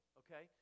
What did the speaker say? okay